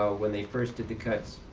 ah when they first did the cuts,